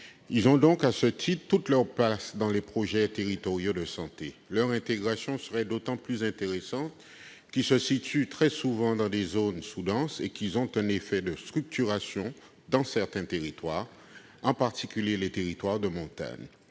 Ils ont, à ce titre, toute leur place dans les projets territoriaux de santé. Leur intégration serait d'autant plus intéressante qu'ils se situent très souvent dans des zones sous-denses et qu'ils ont un effet de structuration dans certains territoires, en particulier les territoires de montagne.